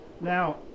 Now